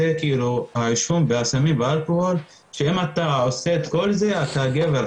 העישון והסמים והאלכוהול שאם אתה עושה את כל זה אתה גבר,